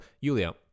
Yulia